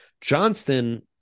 Johnston